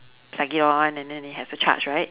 plug it on and then it has to charge right